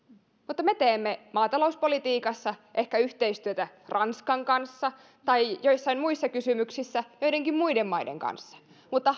me teemme maatalouspolitiikassa yhteistyötä ehkä ranskan kanssa tai joissain muissa kysymyksissä joidenkin muiden maiden kanssa mutta